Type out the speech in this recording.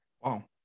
Wow